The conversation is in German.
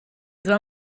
soll